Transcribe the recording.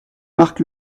marc